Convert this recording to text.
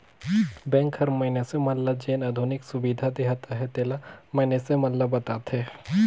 bank हर मइनसे मन ल जेन आधुनिक सुबिधा देहत अहे तेला मइनसे मन ल बताथे